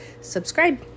subscribe